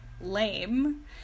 lame